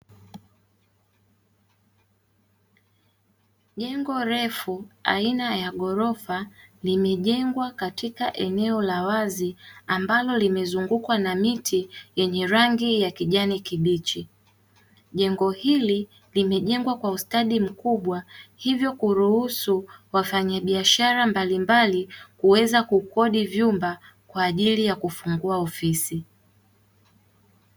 Jengo refu aina ya ghorofa limejengwa katika eneo la wazi, ambalo limezungukwa na miti yenye rangi ya kijani kibichi. Jengo hili limejengwa kwa ustadi mkubwa hivyo kuruhusu wafanyabiashara mbalimbali, kuweza kukodi vyumba kwa ajili ya kufungua ofisi.